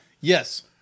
Yes